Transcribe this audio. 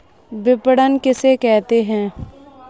विपणन किसे कहते हैं?